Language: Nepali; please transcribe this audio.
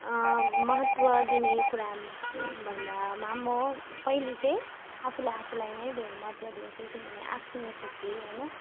महत्त्व दिने कुरा भन्दामा म पहिले चाहिँ आफूले आफूलाई नै धेर महत्त्व दिन्छु किनभने आफ्नो खुसी होइन